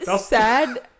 Sad